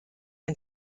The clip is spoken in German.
ein